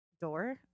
door